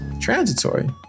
Transitory